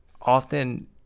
Often